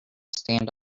stand